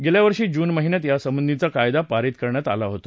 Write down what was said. गेल्या वर्षी जून महिन्यात यासंबधीचा कायदा पारित करण्यात आला होता